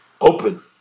open